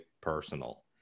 personal